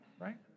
right